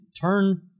turn